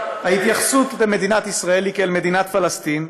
ההתייחסות למדינת ישראל היא כאל מדינת פלסטין,